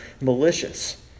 malicious